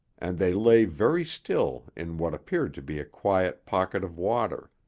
and they lay very still in what appeared to be a quiet pocket of water,